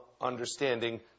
understanding